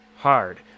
hard